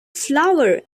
flower